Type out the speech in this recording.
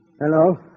Hello